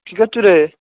কী করছিলে